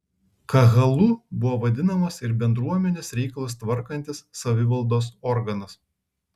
kahalu buvo vadinamas ir bendruomenės reikalus tvarkantis savivaldos organas